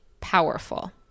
powerful